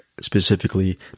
specifically